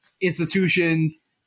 institutions